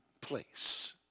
place